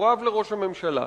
מקורב לראש הממשלה,